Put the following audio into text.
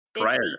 Prior